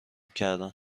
کردن